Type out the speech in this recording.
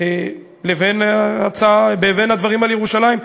לבין הדברים על ירושלים,